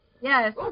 yes